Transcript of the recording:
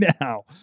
now